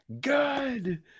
Good